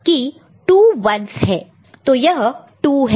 तो यह 2 है